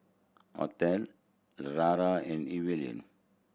Othel Lara and Evalyn